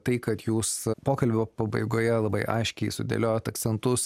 tai kad jūs pokalbio pabaigoje labai aiškiai sudėliojot akcentus